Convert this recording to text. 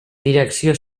direcció